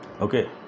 Okay